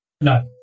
No